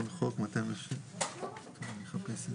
אנחנו מסכימים שזה